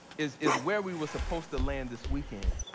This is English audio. is is where we were supposed to land this weekend.